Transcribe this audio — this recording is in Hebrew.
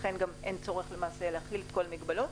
ולכן אין צורך להכליל את כל המגבלות.